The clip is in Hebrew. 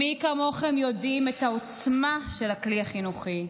מי כמוכם יודעים מה העוצמה של הכלי החינוכי.